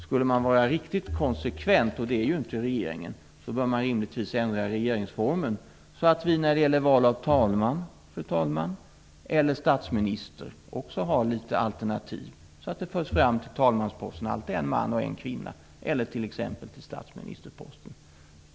Skulle man vara riktigt konsekvent, och det är ju inte regeringen, bör man rimligtvis ändra regeringsformen så att vi vid val av talman, fru talman, eller statsminister också har alternativ. Det skulle alltså alltid föras fram en man och en kvinna till talmansposten eller till statsministerposten.